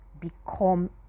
become